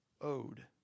owed